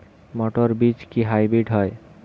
মটর বীজ কি হাইব্রিড হয়?